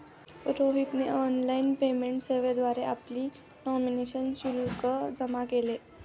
रोहितने online payment सेवेद्वारे आपली नॉमिनेशनचे शुल्क जमा केले